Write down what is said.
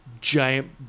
giant